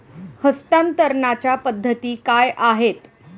हस्तांतरणाच्या पद्धती काय आहेत?